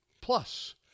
Plus